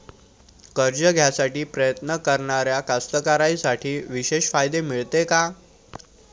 कर्ज घ्यासाठी प्रयत्न करणाऱ्या कास्तकाराइसाठी विशेष फायदे मिळते का?